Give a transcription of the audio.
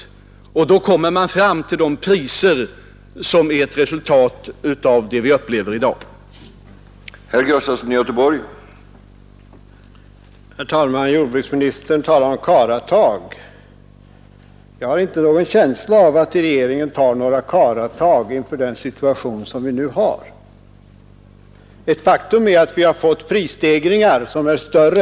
Om man följer den uppgörelsen kommer man fram till de priser som vi upplever i dag — och som alltså är ett resultat av den överenskommelsen.